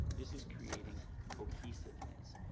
this is creating cohesiveness.